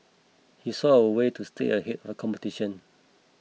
he saw a way to stay ahead of competition